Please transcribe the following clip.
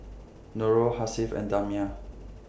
Nurul Hasif and Damia